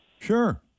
sure